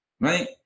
right